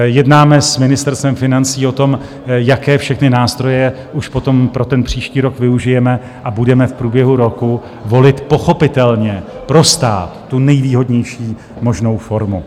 Jednáme s Ministerstvem financí o tom, jaké všechny nástroje už potom pro příští rok využijeme a budeme v průběhu roku volit pochopitelně pro stát tu nejvýhodnější možnou formu.